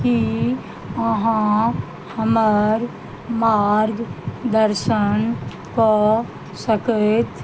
की अहाँ हमर मार्गदर्शन कऽ सकैत